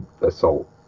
assault